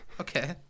Okay